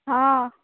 हॅं